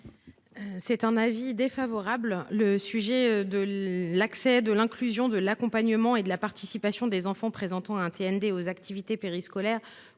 est l’avis de la commission ? La question de l’accès, de l’inclusion, de l’accompagnement et de la participation des enfants présentant un TND aux activités périscolaires